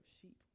sheep